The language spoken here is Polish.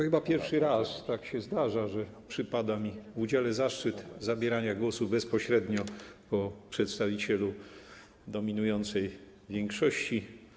Chyba pierwszy raz tak się zdarza, że przypada mi w udziale zaszczyt zabierania głosu bezpośrednio po przedstawicielu dominującej większości.